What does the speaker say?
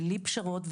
בלי פשרות,